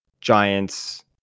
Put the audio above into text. Giants